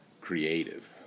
creative